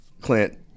Clint